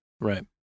Right